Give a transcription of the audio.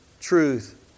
truth